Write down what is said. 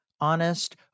honest